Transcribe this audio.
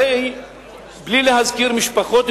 הרי בלי להזכיר משפחות,